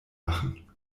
machen